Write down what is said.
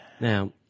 Now